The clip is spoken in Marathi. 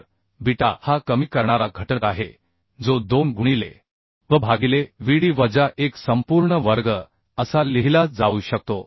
तर बीटा हा कमी करणारा घटक आहे जो 2 गुणिले v भागिले vd वजा 1 संपूर्ण वर्ग असा लिहिला जाऊ शकतो